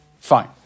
Fine